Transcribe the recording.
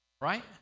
Right